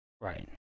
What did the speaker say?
Right